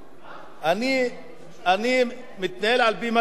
אני מתנהל על-פי מה שיש לפני.